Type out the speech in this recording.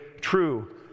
true